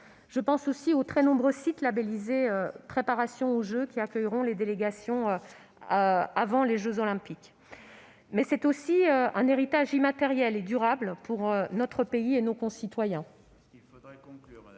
Je pense également aux très nombreux sites labellisés « centres de préparation aux Jeux », qui accueilleront les délégations avant les jeux Olympiques. Il s'agit aussi d'un héritage immatériel et durable pour notre pays et nos concitoyens.